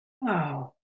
Wow